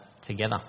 together